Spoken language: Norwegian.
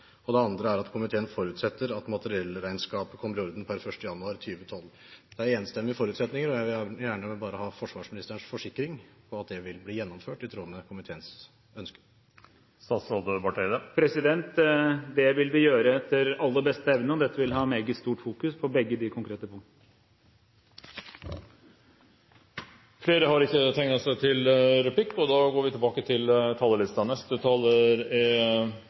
Og det andre er: «Komiteen forutsetter nå at materiellregnskapet kommer i orden per 1. januar 2012.» Det er enstemmige forutsetninger, og jeg vil gjerne bare ha forsvarsministerens forsikring om at det vil bli gjennomført, i tråd med komiteens ønske. Det vil vi gjøre etter aller beste evne. Vi vil ha meget stort fokus på begge de konkrete punktene. Replikkordskiftet er dermed omme. Jeg vil takke for statsrådens holdning – en ydmyk og